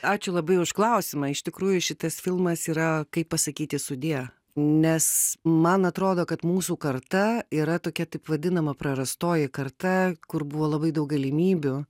ačiū labai už klausimą iš tikrųjų šitas filmas yra kaip pasakyti sudie nes man atrodo kad mūsų karta yra tokia taip vadinama prarastoji karta kur buvo labai daug galimybių